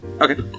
Okay